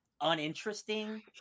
uninteresting